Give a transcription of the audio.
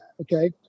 okay